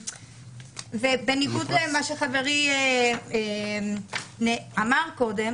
בניגוד למה שחברי אמר קודם